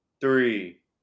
three